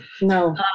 No